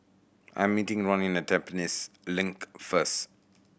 I am meeting Ronin at Tampines Link first